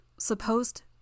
Supposed